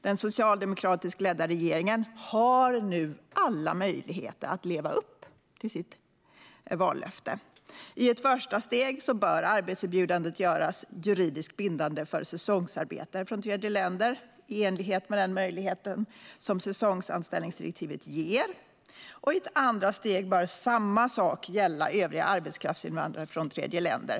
Den socialdemokratiskt ledda regeringen har nu alla möjligheter att leva upp till sitt vallöfte. I ett första steg bör arbetserbjudandet göras juridiskt bindande för säsongsarbetare från tredjeländer i enlighet med den möjlighet som säsongsanställningsdirektivet ger. I ett andra steg bör samma sak gälla övriga arbetskraftsinvandrare från tredjeländer.